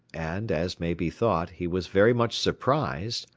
and, as may be thought, he was very much surprised,